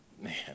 Man